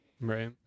Right